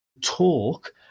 talk